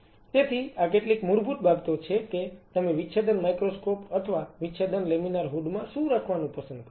તેથી આ કેટલીક મૂળભૂત બાબતો છે કે તમે વિચ્છેદન માઇક્રોસ્કોપ અથવા વિચ્છેદન લેમિનાર હૂડ માં શું રાખવાનું પસંદ કરો છો